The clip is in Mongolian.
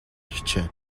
хичээнэ